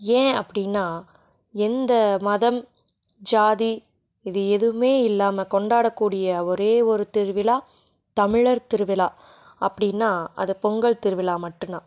ஏன் அப்படின்னா எந்த மதம் ஜாதி இது எதுவுமே இல்லாமல் கொண்டாடக்கூடிய ஒரே ஒரு திருவிழா தமிழர் திருவிழா அப்படின்னா அது பொங்கல் திருவிழா மட்டுந்தான்